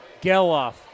Geloff